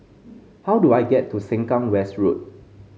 how do I get to Sengkang West Road